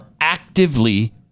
actively